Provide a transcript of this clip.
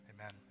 amen